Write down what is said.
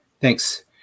thanks